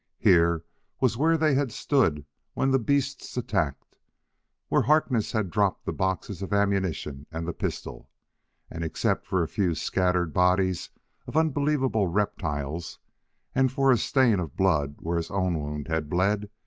here was where they had stood when the beasts attacked where harkness had dropped the boxes of ammunition and the pistol and except for a few scattered bodies of unbelievable reptiles and for a stain of blood where his own wound had bled,